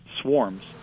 swarms